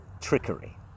trickery